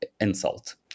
insult